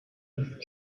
with